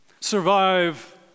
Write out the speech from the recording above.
survive